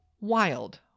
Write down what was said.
wild